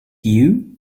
you